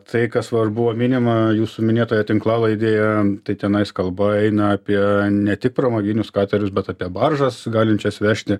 tai kas svarbu minima jūsų minėtoje tinklalaidėje tai tenais kalba eina apie ne tik pramoginius katerius bet apie baržas galinčias vežti